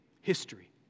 history